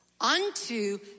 Unto